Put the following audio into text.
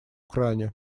кране